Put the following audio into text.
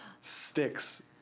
sticks